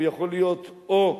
הוא יכול להיות או "עדינו"